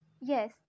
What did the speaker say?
Yes